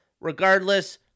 Regardless